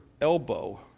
elbow